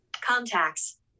contacts